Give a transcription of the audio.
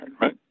right